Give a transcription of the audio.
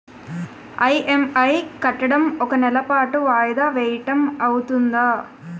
EMI కట్టడం ఒక నెల పాటు వాయిదా వేయటం అవ్తుందా?